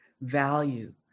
value